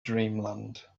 dreamland